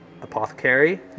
Apothecary